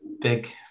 big